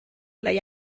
لای